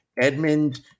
Edmund